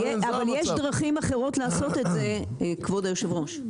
אבל יש דרכים אחרות לעשות את זה, כבוד היושב-ראש.